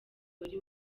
wari